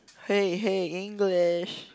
hey hey English